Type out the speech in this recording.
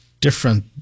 different